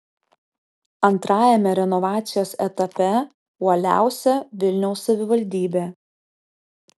antrajame renovacijos etape uoliausia vilniaus savivaldybė